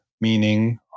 Meaning